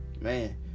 Man